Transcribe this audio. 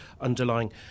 underlying